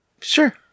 Sure